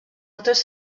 altres